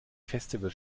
festival